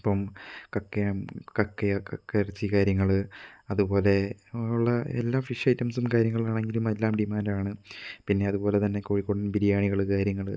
ഇപ്പം കക്കയം കക്കയ കക്ക ഇറച്ചി കാര്യങ്ങൾ അതുപോലെ ഉള്ള എല്ലാ ഫിഷ് ഐറ്റംസും കാര്യങ്ങളാണെങ്കിലും എല്ലാം ഡിമാൻഡ് ആണ് പിന്നെ അതുപോലെ തന്നെ കോഴിക്കോടൻ ബിരിയാണികൾ കാര്യങ്ങൾ